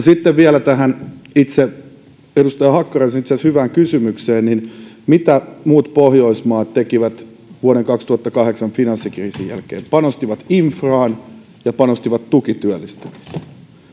sitten vielä tähän edustaja hakkaraisen itse asiassa hyvään kysymykseen että mitä muut pohjoismaat tekivät vuoden kaksituhattakahdeksan finanssikriisin jälkeen panostivat infraan ja panostivat tukityöllistämiseen